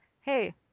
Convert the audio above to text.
hey